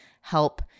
help